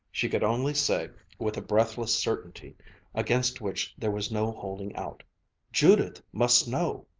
she could only say with a breathless certainty against which there was no holding out judith must know!